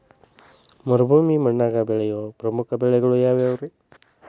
ಮರುಭೂಮಿ ಮಣ್ಣಾಗ ಬೆಳೆಯೋ ಪ್ರಮುಖ ಬೆಳೆಗಳು ಯಾವ್ರೇ?